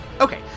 Okay